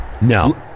No